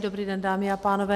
Dobrý den, dámy a pánové.